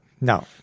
no